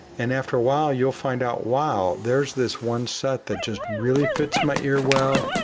and after a while, you'll find out, wow! there's this one set that just really fits my ear well,